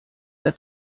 der